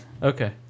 Okay